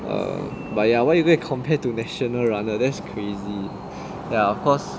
err but ya why you gonna compared to national runner that's crazy ya of course